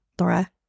Laura